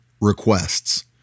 requests